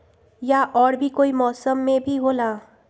या और भी कोई मौसम मे भी होला?